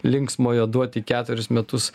linksmojo duoti keturis metus